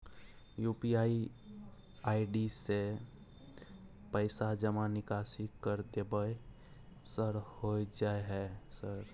UPI ID से पैसा जमा निकासी कर देबै सर होय जाय है सर?